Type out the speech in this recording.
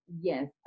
Yes